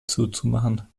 zuzumachen